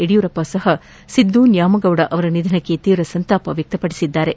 ಯಡಿಯೂರಪ್ಪ ಸಹ ಸಿದ್ದು ನ್ಯಾಮಗೌಡ ಅವರ ನಿಧನಕ್ಕೆ ತೀವ್ರ ಸಂತಾಪ ವ್ಯಕ್ತಪಡಿಸಿದ್ದಾರೆ